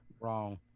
Wrong